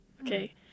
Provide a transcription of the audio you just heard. Okay